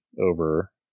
over